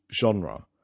genre